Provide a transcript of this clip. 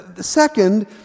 Second